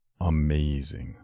amazing